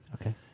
Okay